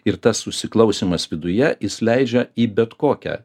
ir tas susiklausymas viduje jis leidžia į bet kokią